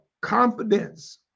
confidence